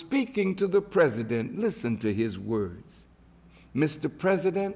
speaking to the president listen to his words mr president